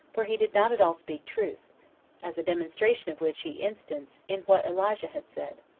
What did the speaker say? for he did not at all speak truth as a demonstration of which he instanced in what elijah had said,